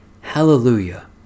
Hallelujah